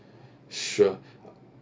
sure